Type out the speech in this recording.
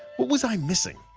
what was i missing?